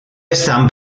están